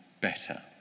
better